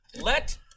Let